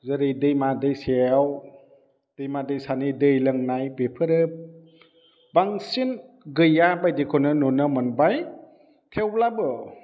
जेरै दैमा दैसायाव दैमा दैसानि दै लोंनाय बेफोरो बांसिन गैयाबायदिखौनो नुनो मोनबाय थेवब्लाबो